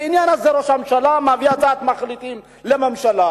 בעניין הזה ראש הממשלה מביא הצעת החלטה לממשלה,